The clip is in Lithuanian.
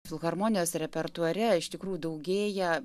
filharmonijos repertuare iš tikrų daugėja